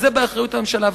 וזה באחריות הממשלה,